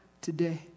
today